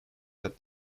that